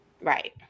Right